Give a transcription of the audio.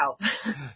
help